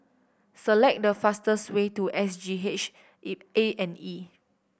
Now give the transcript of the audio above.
select the fastest way to S G H A and E